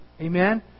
Amen